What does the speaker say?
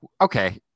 okay